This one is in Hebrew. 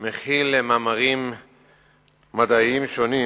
מכיל מאמרים מדעיים שונים,